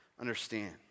understand